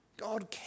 God